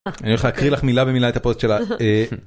‫אני הולך להקריא לך מילה במילה ‫את הפוסט שלה.